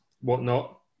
whatnot